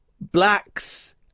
blacks